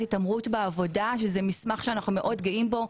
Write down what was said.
התעמרות בעבודה שזה מסמך שאנחנו מאוד גאים בו.